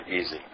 easy